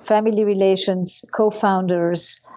family relations, co-founders,